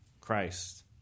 Christ